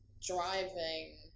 driving